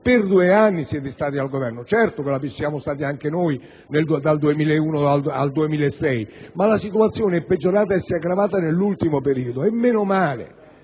per due anni siete stati al Governo; certo, ci siamo stati anche noi dal 2001 al 2006, ma la situazione si è aggravata nell'ultimo periodo. Meno male,